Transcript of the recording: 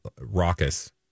raucous